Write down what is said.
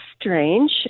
strange